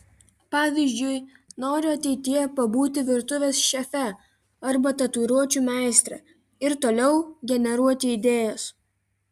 pavyzdžiui noriu ateityje pabūti virtuvės šefe arba tatuiruočių meistre ir toliau generuoti idėjas